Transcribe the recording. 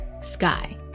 sky